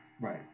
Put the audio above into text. Right